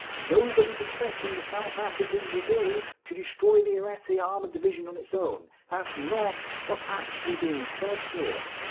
nobody's expecting the south african brigade to destroy the ariete armoured division on its own. that's not what's actually being said here.